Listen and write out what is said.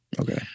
okay